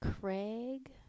Craig